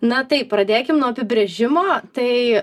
na tai pradėkime nuo apibrėžimo tai